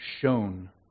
shown